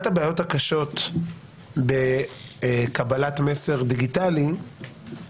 יש בעיניי עוד שאלות.